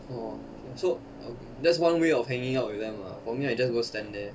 !wah! okay so that's one way of hanging out with them lah for me I just go stand there